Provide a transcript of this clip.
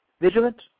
vigilant